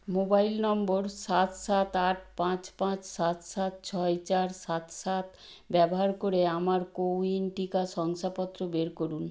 mobile নম্বর সাত সাত আট পাঁচ পাঁচ সাত সাত ছয় চার সাত সাত ব্যবহার করে আমার কোউইন টিকা শংসাপত্র বের করুন